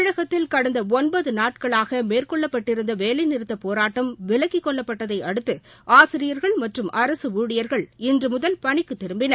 தமிழகத்தில் கடந்த அஒன்பது நாட்களாக மேற்கொள்ளப்பட்டிருந்த வேலைநிறுத்தப் போராட்டம் விலக்கிக் கொள்ளப்பட்டதை அடுத்து ஆசிரியர்கள் மற்றும் அரசு ஊழியர்கள் இன்று முதல் பணிக்குத் திரும்பின்